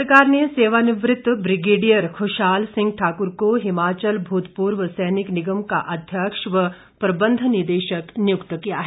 राज्य सरकार ने सेवानिवृत ब्रिगेडियर खुशाल सिंह ठाकुर को हिमाचल भूतपूर्व सैनिक निगम का अध्यक्ष व प्रबन्ध निदेशक नियुक्त किया है